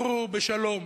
שעברו בשלום,